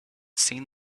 seen